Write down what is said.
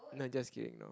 not just kidding now